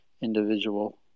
individual